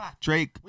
Drake